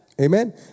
Amen